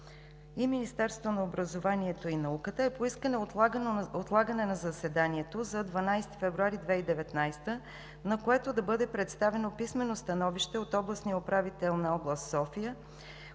и Министерството на образованието и науката е поискано отлагане на заседанието за 12 февруари 2019 г., на което да бъде представено писмено становище от областния управител на област София,